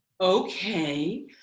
okay